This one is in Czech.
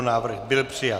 Návrh byl přijat.